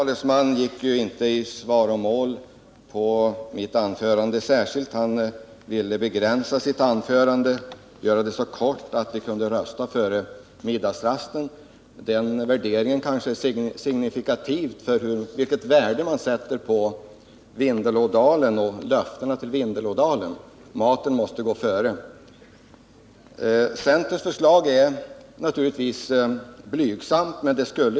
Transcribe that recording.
Herr talman! Jag bestrider att centerns förslag skulle ge det antal arbetstillfällen som Jan-Ivan Nilsson påstår. Den vilja vi här har presenterat är att åstadkomma 100 friska miljoner.